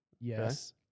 Yes